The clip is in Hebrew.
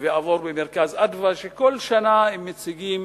עבור ב"מרכז אדוה" שכל שנה הם מציגים